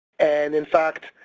and in fact,